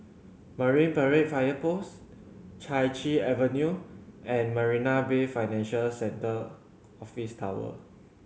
Marine Parade Fire Post Chai Chee Avenue and Marina Bay Financial Centre Office Tower